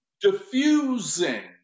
Diffusing